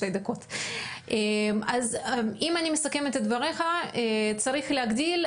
אם אני מסכמת את דבריך: צריך להגדיל,